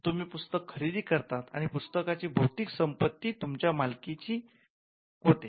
तुम्ही पुस्तक खरेदी करतात आणि पुस्तकाची भौतिक संपत्ती तुमच्या मालकीची होते